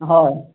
হয়